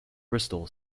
bristol